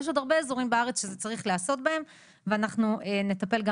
יש עוד הרבה אזורים בארץ שזה צריך להיעשות בהם ואנחנו נטפל גם